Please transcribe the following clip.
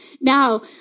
now